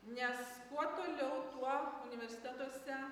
nes kuo toliau tuo universitetuose